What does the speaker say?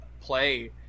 play